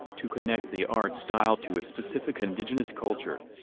to connect the art style to a specific indigenous culture.